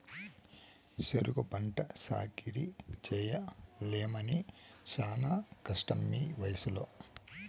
సెరుకు పంట సాకిరీ చెయ్యలేనమ్మన్నీ శానా కష్టమీవయసులో